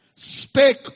Spake